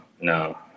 no